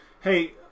hey